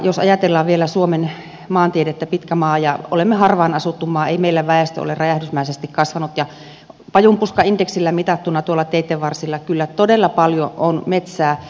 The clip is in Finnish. jos ajatellaan vielä suomen maantiedettä pitkä ja harvaan asuttu maa ei meillä väestö ole räjähdysmäisesti kasvanut ja pajunpuskaindeksillä mitattuna tuolla teitten varsilla kyllä todella paljon on metsää